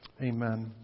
Amen